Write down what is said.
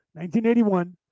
1981